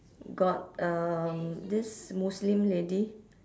got um this muslim lady